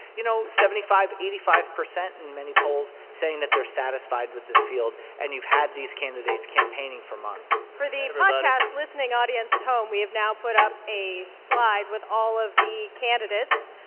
you know, seventy five, eighty five percent in many polls saying that they're satisfied with this field. and you've had these candidates campaigning for months for the podcast listening audience at home, we have now put up a slide with all of the candidates.